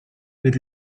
per